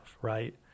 right